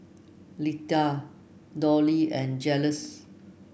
Letta Dollie and Julius